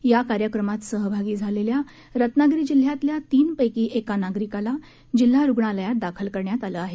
यात कार्यक्रमात सहभागी झालेल्या रत्नागिरी जिल्ह्यातल्या तीनपैकी एका नागरिकाला जिल्हा रुग्णालयात दाखल करण्यात आलं आहे